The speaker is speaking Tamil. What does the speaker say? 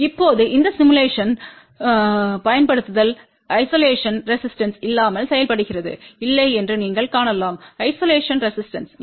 இப்போது இந்த சிமுலேஷன் படுத்துதல் ஐசோலேஷன் ரெசிஸ்டன்ஸ்பு இல்லாமல் செய்யப்படுகிறது இல்லை என்று நீங்கள் காணலாம் ஐசோலேஷன் ரெசிஸ்டன்ஸ்பு